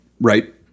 Right